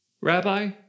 Rabbi